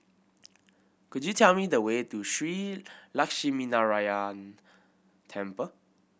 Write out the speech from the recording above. could you tell me the way to Shree Lakshminarayanan Temple